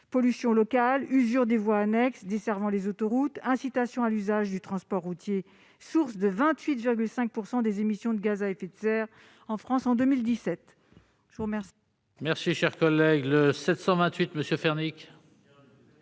pollution locale, à l'usure des voies annexes desservant les autoroutes, ou à l'incitation au transport routier, source de 28,5 % des émissions de gaz à effet de serre en France en 2017.